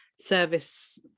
service